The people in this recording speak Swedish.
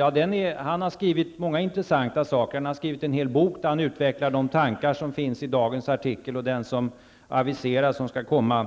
Jan Bröms har skrivit många intressanta saker. Han har skrivit en hel bok där han utvecklar de tankar som finns i dagens artikel och i den artikel om pensionerna som aviserats. När vi skall reformera